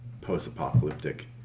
post-apocalyptic